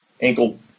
Ankle